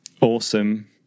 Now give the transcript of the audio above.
awesome